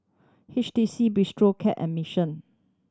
H T C Bistro Cat and Mission